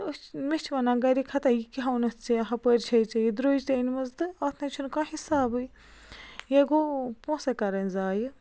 تہٕ أسۍ چھِ مےٚ چھِ وَنان گَرِکۍ ہَتاہ یہِ کیٛاہ ہا اوٚنُتھ ژےٚ ہُپٲرۍ چھَے ژےٚ یہِ درٛوج تہِ أنۍ مٕژ تہٕ اَتھ نَے چھُنہٕ کانٛہہ حسابٕے یہِ گوٚو پونٛسَے کَرٕنۍ ضایع